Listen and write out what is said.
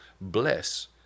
bless